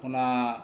ᱚᱱᱟ